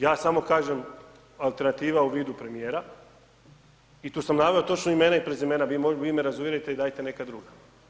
Ja samo kažem alternativa u vidu premijera i tu sam naveo točno imena i prezimena, vi me razuvjerite i dajte neka druga.